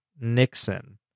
Nixon